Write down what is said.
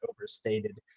overstated